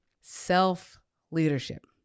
self-leadership